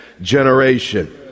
generation